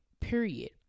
period